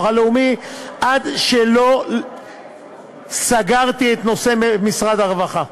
הלאומי עד שלא סגרתי את נושא משרד הרווחה.